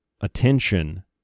attention